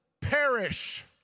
Perish